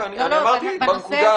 אמרתי בנקודה הזאת.